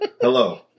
hello